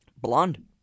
Blonde